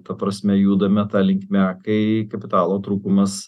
ta prasme judame ta linkme kai kapitalo trūkumas